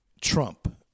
Trump